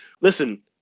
listen